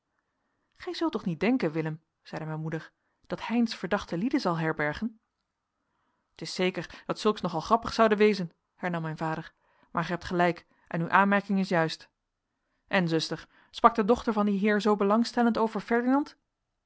gij zult toch niet denken willem zeide mijn moeder dat heynsz verdachte lieden zal herbergen t is zeker dat zulks nogal grappig zoude wezen hernam mijn vader maar gij hebt gelijk en uw aanmerking is juist en zuster sprak de dochter van dien heer zoo belangstellend over ferdinand